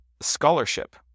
scholarship